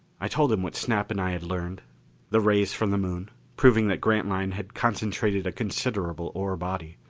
i told him what snap and i had learned the rays from the moon, proving that grantline had concentrated a considerable ore body.